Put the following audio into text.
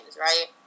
right